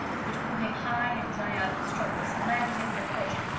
which blew him high and dry out of his troubles, landed him in a fortune,